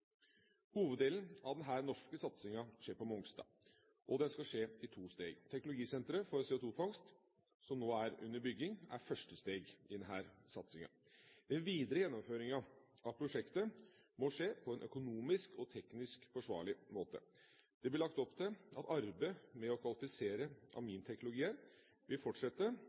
Hoveddelen av denne norske satsingen skjer på Mongstad, og den skal skje i to steg. Teknologisenteret for CO2-fangst, som nå er under bygging, er første steg i denne satsingen. Den videre gjennomføringen av prosjektet må skje på en økonomisk og teknisk forsvarlig måte. Det blir lagt opp til at arbeidet med å kvalifisere aminteknologier vil fortsette,